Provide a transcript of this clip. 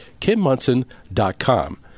kimmunson.com